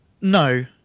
No